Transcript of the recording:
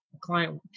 client